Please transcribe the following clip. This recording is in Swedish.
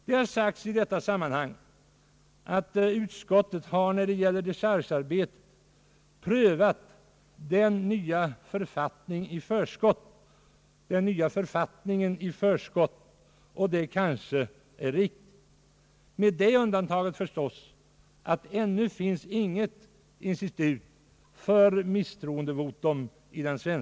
Det har i detta sammanhang sagts, att utskottet när det gäller dechargearbetet har prövat den nya författningen i förskott. Detta kanske är riktigt — med det undantaget förstås, att det i den svenska riksdagen ännu inte finns något institut för misstroendevotum.